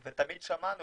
ותמיד שמענו